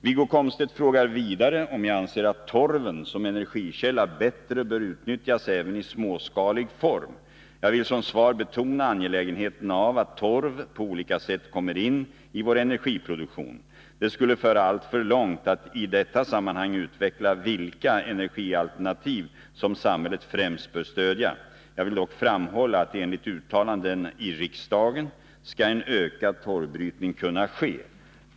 Wiggo Komstedt frågar vidare om jag anser att torven som energikälla bättre bör utnyttjas även i småskalig form. Jag vill som svar betona angelägenheten av att torv på olika sätt kommer in i vår energiproduktion. Det skulle föra alltför långt att i detta sammanhang utveckla vilka energialternativ som samhället främst bör stödja. Jag vill dock framhålla att enligt uttalanden i riksdagen skall en ökad torvbrytning kunna ske.